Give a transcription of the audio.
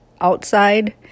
outside